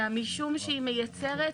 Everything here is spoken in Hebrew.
אלא משום שהיא מייצרת